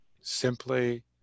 simply